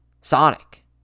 Sonic